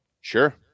Sure